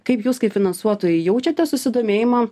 kaip jūs kaip finansuotojai jaučiate susidomėjimą